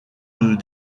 nous